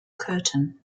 curtain